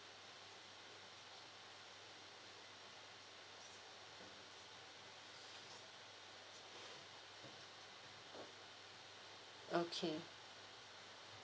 okay